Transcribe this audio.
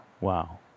Wow